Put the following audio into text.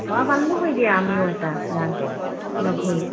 কৰি দিয়া আমিও এটা গাম লগ হৈ